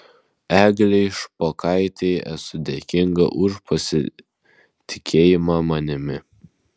eglei špokaitei esu dėkinga už pasitikėjimą manimi